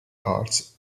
arts